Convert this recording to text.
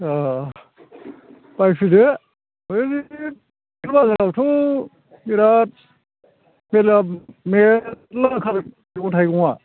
अ बायफैदो है बे बाजारावथ' बिराद मेल्ला मेल्लाथार मैगं थाइगंआ